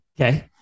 Okay